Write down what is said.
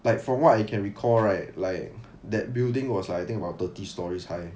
like from what I can recall right like that building was I think about thirty storeys high